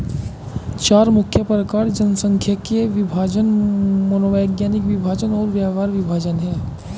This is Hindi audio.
चार मुख्य प्रकार जनसांख्यिकीय विभाजन, मनोवैज्ञानिक विभाजन और व्यवहार विभाजन हैं